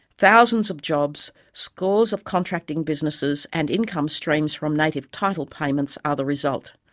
thousands of jobs, scores of contracting businesses and income streams from native title payments are the result,